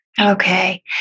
Okay